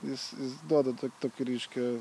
jis jis duoda tokį reiškia